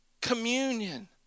communion